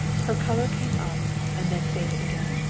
her color came up, and then faded again.